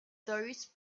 those